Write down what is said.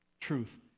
truth